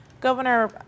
Governor